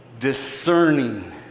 discerning